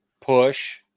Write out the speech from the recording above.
push